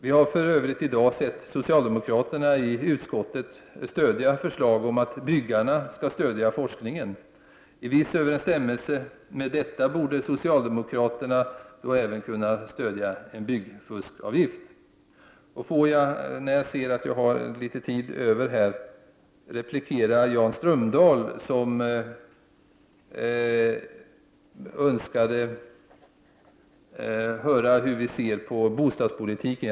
Vi har för övrigt i dag sett socialdemokraterna i utskottet stödja förslag om att byggarna skall stödja forskningen. I viss överensstämmelse med detta borde socialdemokraterna då även kunna stödja en byggfuskavgift. Låt mig, när jag ser att jag har litet tid över, replikera Jan Strömdahl, som önskade höra hur vi ser på bostadspolitiken.